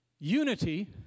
Unity